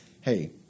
Hey